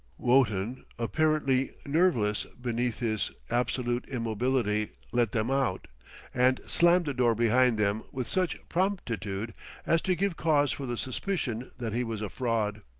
wotton, apparently nerveless beneath his absolute immobility, let them out and slammed the door behind them with such promptitude as to give cause for the suspicion that he was a fraud,